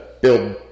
build